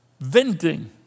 venting